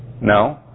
No